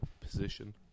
position